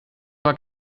war